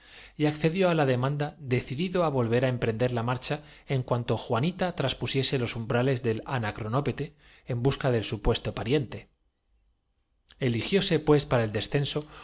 y accedió á la demanda decidido á ñones armas municiones camellos caballos y baga volver á emprender la marcha en cuanto juanita tras jes pusiese los umbrales del anacronópete en busca del en el fondo hacia tetuán el sultán de marruecos supuesto pariente eligióse pues para el descenso